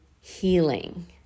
healing